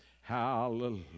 Hallelujah